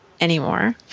anymore